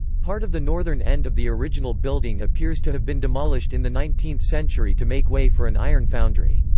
part of the northern end of the original building appears to have been demolished in the nineteenth century to make way for an iron foundry.